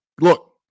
Look